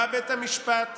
בא בית המשפט,